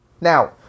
Now